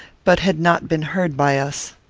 but had not been heard by us.